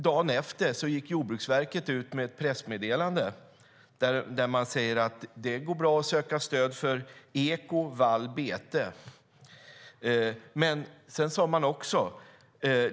Dagen efter gick Jordbruksverket ut med ett pressmeddelande där de sade att det går bra att söka stöd för eko, vall och bete.